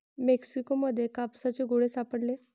Mexico मध्ये कापसाचे गोळे सापडले